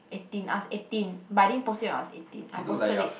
eighteen I was eighteen but I didn't post it when I was eighteen I posted it